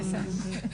בבקשה.